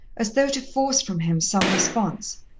as though to force from him some response.